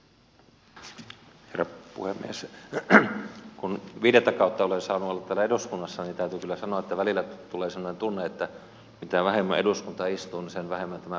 kun viidettä kautta olen saanut olla täällä eduskunnassa niin täytyy kyllä sanoa että välillä tulee semmoinen tunne että mitä vähemmän eduskunta istuu niin sen vähemmän tämä yhteiskunta kärsii